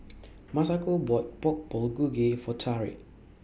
Masako bought Pork Bulgogi For Tarik